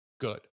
good